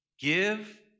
give